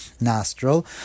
nostril